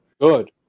good